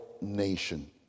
nation